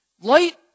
Light